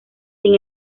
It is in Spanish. sin